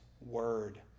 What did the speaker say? word